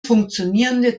funktionierende